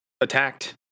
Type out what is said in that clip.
attacked